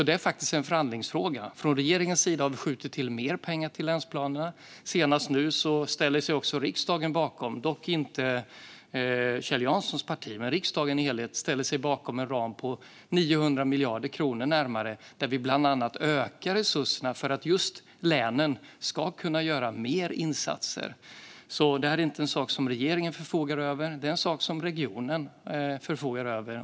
Det är faktiskt en förhandlingsfråga. Från regeringens sida har vi skjutit till mer pengar till länsplanerna, och nu senast ställer sig riksdagen - dock inte Kjell Janssons parti, men riksdagen som helhet - bakom en ram på närmare 900 miljarder kronor där vi bland annat ökar resurserna för att just länen ska kunna göra mer insatser. Detta är alltså inte en sak som regeringen förfogar över utan en sak som regionen förfogar över.